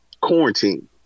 quarantine